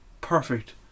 perfect